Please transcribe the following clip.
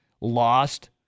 lost